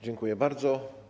Dziękuję bardzo.